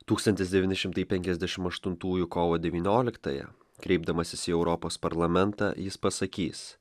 tūkstantis devyni šimtai penkiasdešimt aštuntųjų kovo devynioliktąją kreipdamasis į europos parlamentą jis pasakys